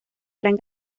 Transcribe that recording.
gran